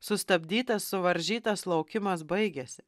sustabdytas suvaržytas laukimas baigėsi